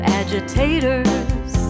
agitators